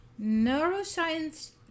Neuroscience